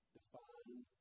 define